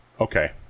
okay